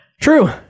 true